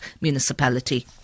municipality